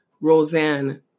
Roseanne